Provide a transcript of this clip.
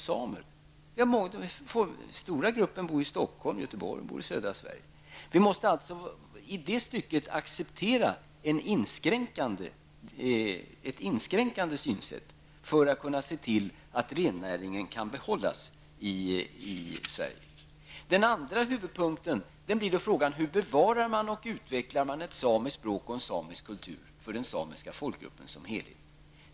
Den stora gruppen samer bor i Stockholm, Göteborg och södra Sverige. Vi måste alltså acceptera ett inskränkande synsätt för att kunna se till att rennäringen skall kunna behållas i Sverige. Den andra huvudfrågan är: Hur bevarar man och utvecklar ett samiskt språk och en samisk kultur för den samiska folkgruppen som helhet?